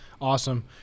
Awesome